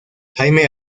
jaime